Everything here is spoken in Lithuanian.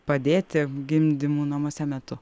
padėti gimdymų namuose metu